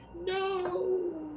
No